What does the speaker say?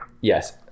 yes